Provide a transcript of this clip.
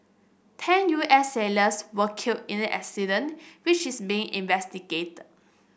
ten U S sailors were killed in the accident which is being investigated